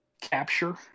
Capture